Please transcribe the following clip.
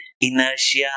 inertia